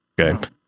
Okay